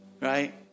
right